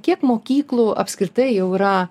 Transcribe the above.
kiek mokyklų apskritai jau yra